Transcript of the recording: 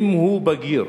אם הוא בגיר.